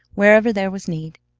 wherever there was need!